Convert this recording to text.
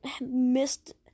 missed